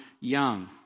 young